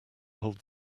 hold